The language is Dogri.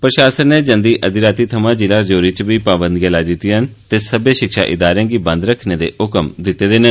प्रशासन नै जंदी अददी रातीं थमां जिला राजौरी इच बी पाबंदियां लाई दिती दियां न ते सब्बै शिक्षा इदारें गी बंद रखने दे हुकम जारी कीते दे न